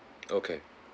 okay